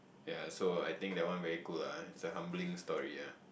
ya also I think that one very cool ah it's a humbling story ah